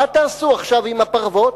מה תעשו עכשיו עם הפרוות?